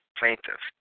plaintiff